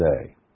today